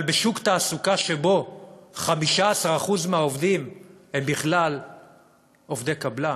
אבל בשוק תעסוקה שבו 15% מהעובדים הם בכלל עובדי קבלן,